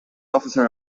officer